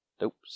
Nope